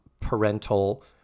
parental